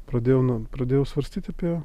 pradėjau nu pradėjau svarstyt apie